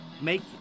make